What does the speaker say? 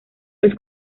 los